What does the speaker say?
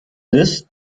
this